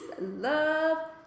love